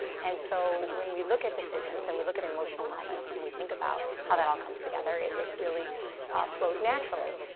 and so when we look at decisions and we look at emotional wellness and we think about how that all comes together, it really flows naturally,